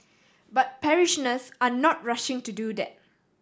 but parishioners are not rushing to do that